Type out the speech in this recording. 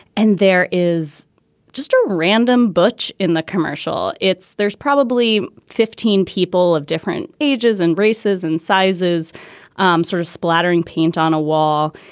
and there is just a random butch in the commercial. it's there's probably fifteen people of different ages and races and sizes um sort of splattering paint on a wall.